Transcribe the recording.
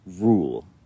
rule